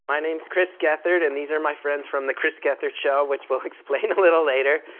my name's chris gethard and these are my friends from the chris gethard show, which we'll explain a little later.